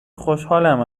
خوشحالم